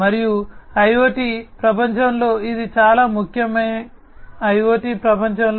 మరియు IoT ప్రపంచంలో ఇది చాలా ముఖ్యం